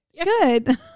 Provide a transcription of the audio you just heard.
Good